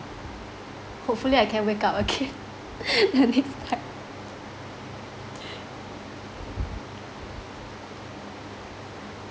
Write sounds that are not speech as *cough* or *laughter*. hopefully I can wake up again *laughs* the next time *laughs*